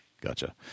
Gotcha